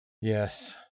yes